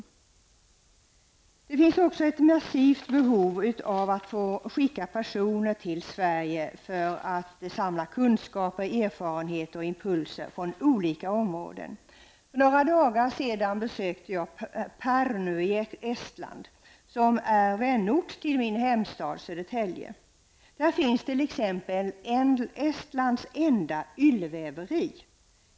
Vidare har man mycket stort behov av att få skicka personer till Sverige, som då skall samla kunskaper, erfarenheter och impulser från olika samhällsområden. För några dagar sedan besökte jag Pärnu i Estland -- en vänort till min hemstad I Pärnu finns Estlands enda ullväveri.